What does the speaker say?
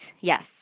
Yes